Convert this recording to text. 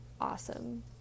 awesome